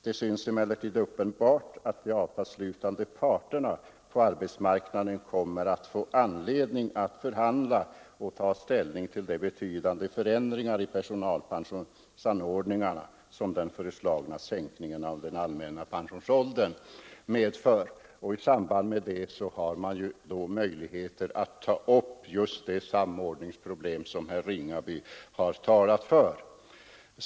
Det synes emellertid uppenbart att de avtalsslutande parterna på arbetsmarknaden kommer att få anledning att förhandla om och ta ställning till de betydande förändringar i personalpensionsordningarna som den föreslagna sänkningen av den allmänna pensionsåldern medför. I samband därmed har man möjligheter att ta upp just det samordningsproblem som herr Ringaby har talat om.